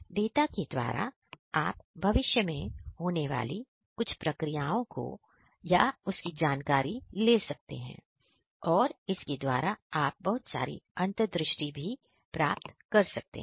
data के द्वारा आप भविष्य में होने वाले कुछ प्रक्रियाओं को की जानकारी ले सकते हैं और इसके द्वारा आप बहुत सारी अंतर्दृष्टि भी प्राप्त कर सकते हैं